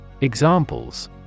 Examples